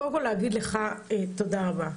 קודם כול להגיד לך תודה רבה.